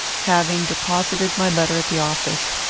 having deposited my letter at the office,